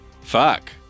fuck